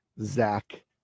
Zach